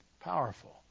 Powerful